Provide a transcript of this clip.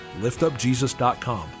liftupjesus.com